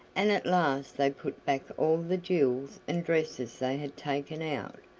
and at last they put back all the jewels and dresses they had taken out,